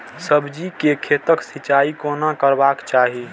सब्जी के खेतक सिंचाई कोना करबाक चाहि?